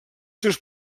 seus